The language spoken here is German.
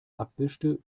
abwischte